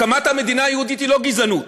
הקמת המדינה היהודית היא לא גזענות.